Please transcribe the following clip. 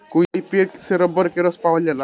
कई पेड़ से रबर के रस पावल जाला